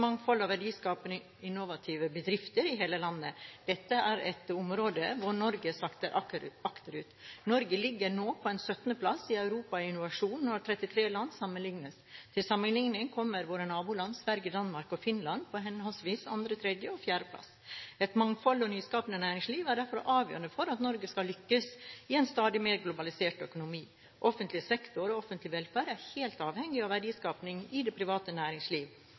mangfold av verdiskapende og innovative bedrifter i hele landet. Dette er et område hvor Norge sakker akterut. Norge ligger nå på 17. plass i Europa i innovasjon når 33 land sammenlignes. Til sammenligning kommer våre naboland Sverige, Danmark og Finland på henholdsvis andre-, tredje- og fjerdeplass. Et mangfoldig og nyskapende næringsliv er derfor avgjørende for at Norge skal lykkes i en stadig mer globalisert økonomi. Offentlig sektor og offentlig velferd er helt avhengig av verdiskapingen i det private næringsliv